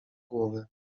głowę